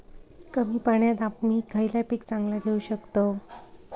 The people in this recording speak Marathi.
कमी पाण्यात आम्ही खयला पीक चांगला घेव शकताव?